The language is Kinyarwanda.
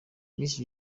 miss